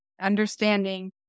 understanding